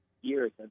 years